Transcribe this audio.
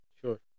Sure